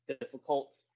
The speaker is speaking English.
difficult